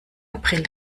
april